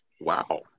Wow